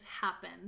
happen